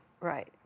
right